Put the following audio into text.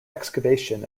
excavation